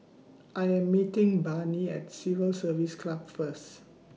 I Am meeting Barney At Civil Service Club First